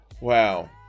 Wow